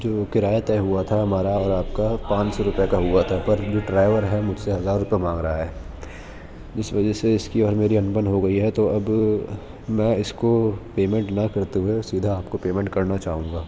جو کرایہ طے ہوا تھا ہمارا اور آپ کا پانچ سو روپے کا ہوا تھا پر جو ڈرائیور ہے مجھ سے ہزار روپے مانگ رہا ہے جس وجہ سے اس کی اور میری ان بن ہو گئی ہے تو اب میں اس کو پیمنٹ نہ کرتے ہوئے سیدھا آپ کو پیمنٹ کرنا چاہوں گا